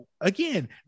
again